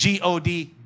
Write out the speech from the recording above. God